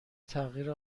تغییر